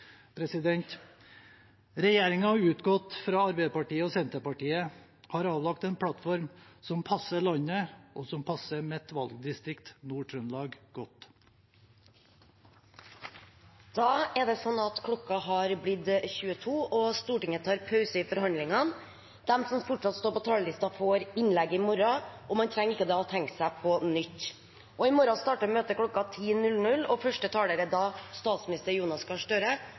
utgått fra Arbeiderpartiet og Senterpartiet har avlagt en plattform som passer landet, og som passer mitt valgdistrikt, Nord-Trøndelag, godt. Da har klokken blitt 22, og Stortinget tar pause i forhandlingene. De som fortsatt står på talerlisten, får innlegg i morgen, og man trenger ikke å tegne seg på nytt. I morgen starter møtet kl. 10. Første taler er da statsminister Jonas Gahr Støre,